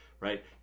Right